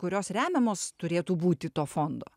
kurios remiamos turėtų būti to fondo